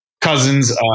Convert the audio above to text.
cousins